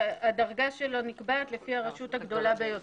הדרגה שלו נקבעת לפי הרשות הגדולה ביותר.